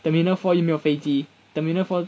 terminal four 又没有飞机 terminal four